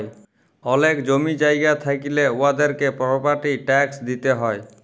অলেক জমি জায়গা থ্যাইকলে উয়াদেরকে পরপার্টি ট্যাক্স দিতে হ্যয়